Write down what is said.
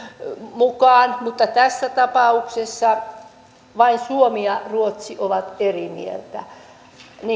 mukaan mutta tässä tapauksessa vain suomi ja ruotsi ovat eri mieltä